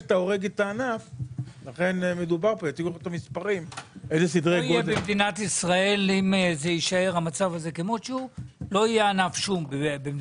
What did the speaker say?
אם המצב הזה יישאר כמות שהוא לא יהיה ענף שום במדינת ישראל?